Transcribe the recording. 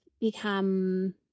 become